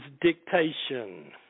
dictation